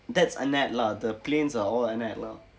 that's ant lah the planes are all anat lah